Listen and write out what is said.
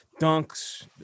dunks